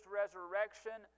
resurrection